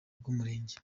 bw’umurenge